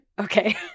Okay